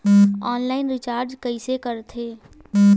Online recharge कइसे करथे?